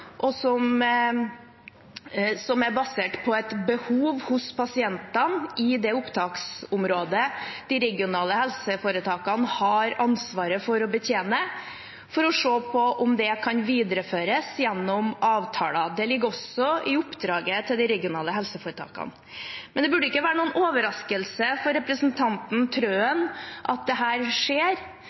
og som er basert på et behov hos pasientene i det opptaksområdet de regionale helseforetakene har ansvaret for å betjene, for å se på om det kan videreføres gjennom avtaler. Det ligger også i oppdraget til de regionale helseforetakene. Men det burde ikke være noen overraskelse for representanten Trøen at dette skjer.